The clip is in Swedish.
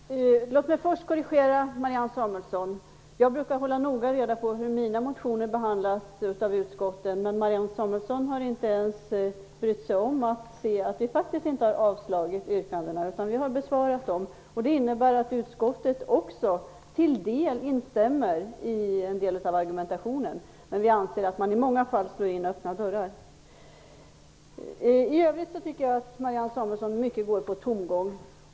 Fru talman! Låt mig först korrigera Marianne Samuelsson. Jag brukar noga hålla reda på hur mina motioner behandlas av utskotten, men Marianne Samuelsson har inte ens brytt sig om att se att hennes yrkande faktiskt inte är avstyrkt. Vi har besvarat hennes yrkanden, vilket innebär att utskottet till en del instämmer i argumentationen. Men vi anser att man i många fall slår in öppna dörrar. I övrigt tycker jag att Marianne Samuelsson mycket går på tomgång.